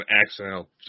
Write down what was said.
accidental